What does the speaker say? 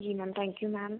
ji ma'am thank you ma'am